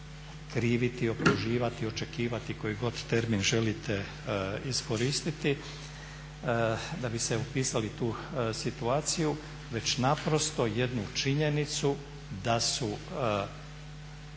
kriviti optuživati, očekivati koji god termin želite iskoristiti da bi se upisali u tu situaciju, već naprosto jednu činjenicu da su